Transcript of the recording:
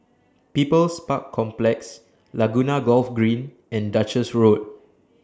People's Park Complex Laguna Golf Green and Duchess Road